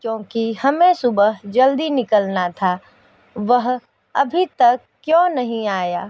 क्योंकि हमें सुबह जल्दी निकलना था वह अभी तक क्यों नहीं आया